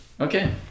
Okay